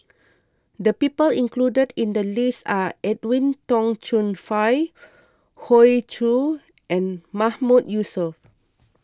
the people included in the list are Edwin Tong Chun Fai Hoey Choo and Mahmood Yusof